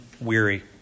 weary